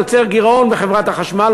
יוצר גירעון בחברת החשמל,